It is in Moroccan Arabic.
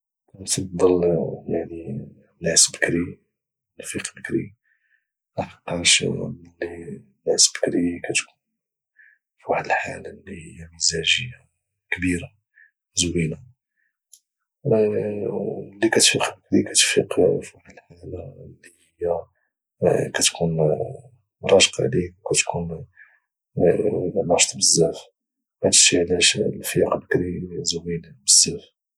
كنفضل يعني نعس بكري ونفيق بكري لحقاش ملي نعس بكري كاتكون في واحد الحاله اللي هي مزاجيه كبيره زوينه اللي كاتفيق بكري كاتفيق في واحد الحاله اللي هي كاتكون راشقه ليك وكاتكون ناشط بزاف هادشي علاش الفياق بكري زوين بزاف